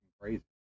crazy